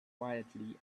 quietly